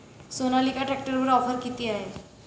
सोनालिका ट्रॅक्टरवर ऑफर किती आहे?